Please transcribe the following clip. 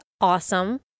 awesome